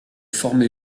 former